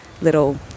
little